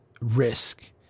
risk